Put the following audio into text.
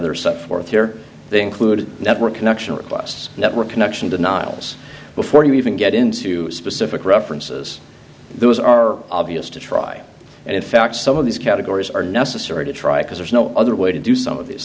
there so forth here they include network connection requests network connection denials before you even get into specific references those are obvious to try and in fact some of these categories are necessary to try because there's no other way to do some of these